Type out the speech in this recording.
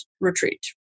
retreat